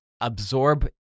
absorb